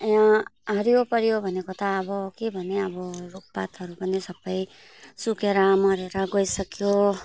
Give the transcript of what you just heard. यहाँ हरियोपरियो भनेको त अब के भने अब रुखपातहरू पनि सबै सुकेर मरेर गइसक्यो